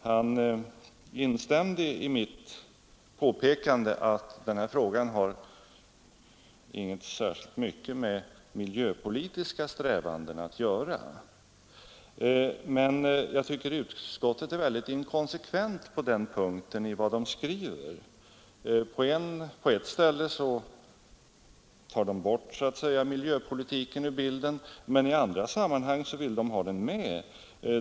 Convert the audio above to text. Han instämde i mitt påpekande att denna fråga inte har särskilt mycket med miljöpolitiska strävanden att göra. Men jag tycker utskottet är väldigt inkonsekvent på den punkten i vad det skriver. På ett ställe tar utskottet bort miljöpolitiken ur bilden, men i andra sammanhang vill utskottet ha den med.